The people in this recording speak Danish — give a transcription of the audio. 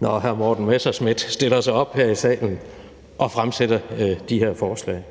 når hr. Morten Messerschmidt stiller sig op her i salen og fremsætter de her forslag.